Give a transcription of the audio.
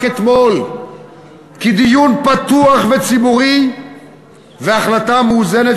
אתמול כי דיון פתוח וציבורי והחלטה מאוזנת,